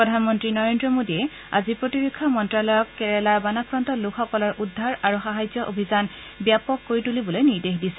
প্ৰধানমন্ত্ৰী নৰেন্দ্ৰ মোদীয়ে আজি প্ৰতিৰক্ষা মন্ত্ৰালয়ক কেৰালাৰ বানাক্ৰান্ত লোকসকলৰ উদ্ধাৰ আৰু সাহায্য অভিযান ব্যাপক কৰি তুলিবলৈ নিৰ্দেশ দিছে